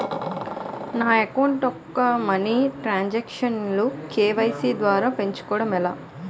నా అకౌంట్ యెక్క మనీ తరణ్ సాంక్షన్ లు కే.వై.సీ ద్వారా పెంచుకోవడం ఎలా?